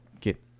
get